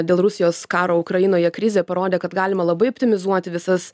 dėl rusijos karo ukrainoje krizė parodė kad galima labai optimizuoti visas